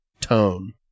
tone